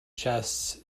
chests